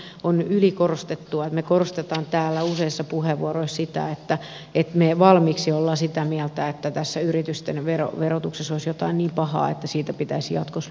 mutta minusta on ylikorostettua että me korostamme täällä useissa puheenvuoroissa sitä että me valmiiksi jo olemme sitä mieltä että tässä yritysten verotuksessa olisi jotain niin pahaa että siitä pitäisi jatkossa luopua